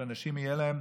יהיה לאנשים